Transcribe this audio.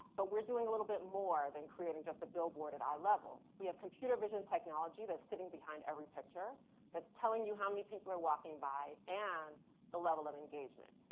but we're doing a little bit more than creating just a billboard at eye level. we have computer vision technology that's sitting behind every picture that's telling you how many people are walking by and the level of engagement.